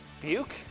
Buke